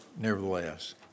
nevertheless